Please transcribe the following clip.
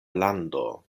lando